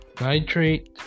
nitrate